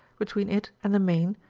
between it and the main,